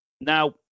Now